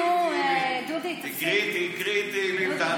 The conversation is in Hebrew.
כן, אתה מבין?